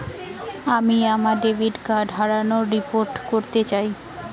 আমি আমার debit card হারানোর রিপোর্ট করতে চাই